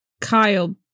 Kyle